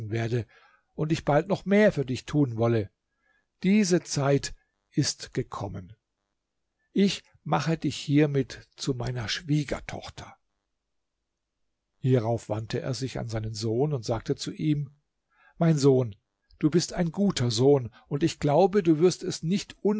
werde und ich bald noch mehr für dich tun wolle diese zeit ist gekommen ich mache dich hiermit zu meiner schwiegertochter hierauf wandte er sich an seinen sohn und sagte zu ihm mein sohn du bist ein guter sohn und ich glaube du wirst es nicht